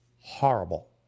horrible